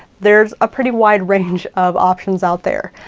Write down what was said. there's a pretty wide range of options out there.